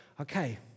Okay